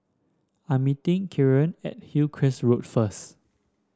I'm meeting Kieran at Hillcrest Road first